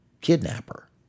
kidnapper